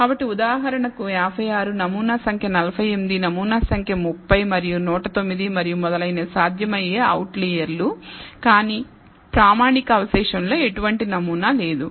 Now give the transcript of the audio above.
కాబట్టి ఉదాహరణకు 56 నమూనా సంఖ్య 48 నమూనా సంఖ్య 30 మరియు 109 మరియు మొదలైనవి సాధ్యమయ్యే అవుట్లైయర్లు కానీ ప్రామాణిక అవశేషంలో ఎటువంటి నమూనా లేదు